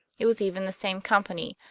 it was even the same company,